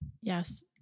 Yes